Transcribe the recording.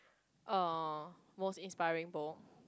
uh most inspiring book